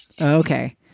Okay